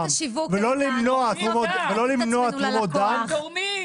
ולא למנוע התרמות דם --- אבל הם תורמים.